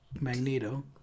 magneto